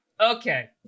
Okay